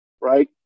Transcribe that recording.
right